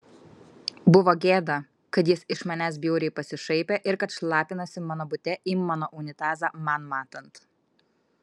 buvo gėda kad jis iš manęs bjauriai pasišaipė ir kad šlapinasi mano bute į mano unitazą man matant